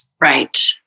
Right